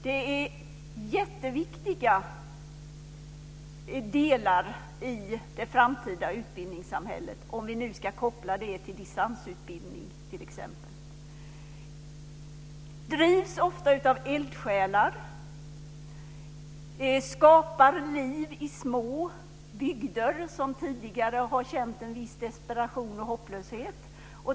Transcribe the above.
Det är jätteviktiga delar i det framtida utbildningssamhället, om vi nu ska koppla det t.ex. till distansutbildning. De drivs ofta av eldsjälar, skapar liv i små bygder som tidigare har känt en viss desperation och hopplöshet.